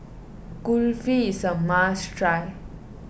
Kulfi some a must try